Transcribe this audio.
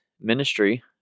ministry